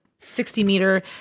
60-meter